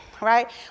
right